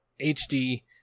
HD